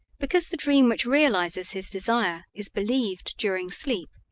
because the dream which realizes his desire is believed during sleep,